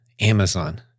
Amazon